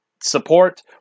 support